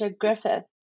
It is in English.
Griffith